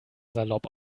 salopp